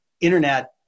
internet